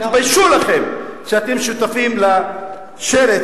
תתביישו לכם שאתם שותפים לשרץ